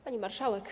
Pani Marszałek!